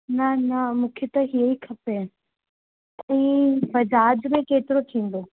न न मूंखे त हीअं ई खपे ई बजाज में केतिरो थींदो